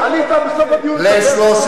עלית בסוף הדיון לדבר?